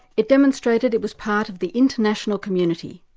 it demonstrated it was part of the international community,